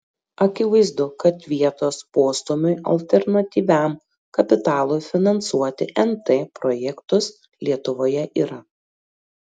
akivaizdu kad vietos postūmiui alternatyviam kapitalui finansuoti nt projektus lietuvoje yra